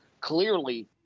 Clearly